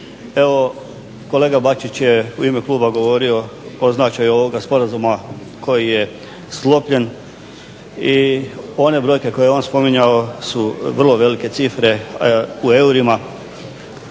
Evo kolega Bačić je u ime kluba govorio o značaju ovoga sporazuma koji je sklopljen i one brojke koje je on spominjao su vrlo velike cifre u eurima